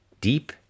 deep